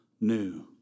new